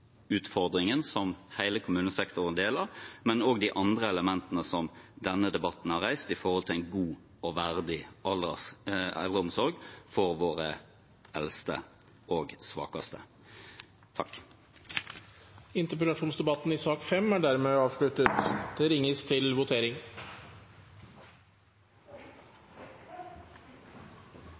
som hele kommunesektoren deler, og også de andre elementene som denne debatten har reist, når det gjelder en god og verdig eldreomsorg for våre eldste og svakeste. Debatten i sak nr. 5 er dermed avsluttet. Stortinget er klar til å gå til votering